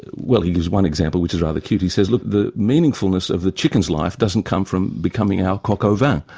well he gives one example, which is rather cute, he says look the meaningfulness of the chicken's life doesn't come from becoming our coq au vin,